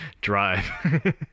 Drive